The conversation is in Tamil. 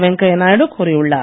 வெங்கையா நாயுடு கூறியுள்ளார்